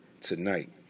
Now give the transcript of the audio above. tonight